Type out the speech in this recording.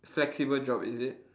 flexible job is it